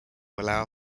allow